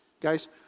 Guys